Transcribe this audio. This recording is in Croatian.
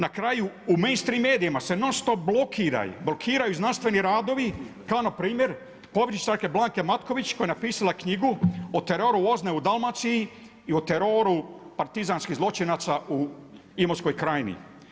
Na kraju u … i medijima se non stop blokira, blokiraju znanstveni radovi kao na primjer povjesničarke Blanke Matković koja je napisala knjigu o teroru OZNA-e u Dalmaciji i o teroru partizanskih zločinaca u Imotskoj krajini.